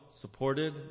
supported